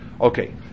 Okay